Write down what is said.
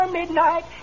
midnight